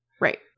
Right